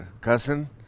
cousin